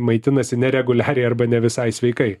maitinasi nereguliariai arba ne visai sveikai